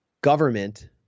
government